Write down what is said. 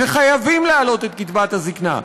שחייבים להעלות את קצבת הזיקנה.